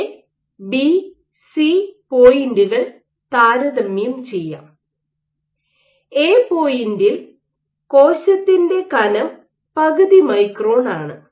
A B C പോയിന്റുകൾ ABC points താരതമ്യം ചെയ്യാം എ പോയിന്റിൽ കോശത്തിൻറെ കനം പകുതി മൈക്രോൺ ആണ്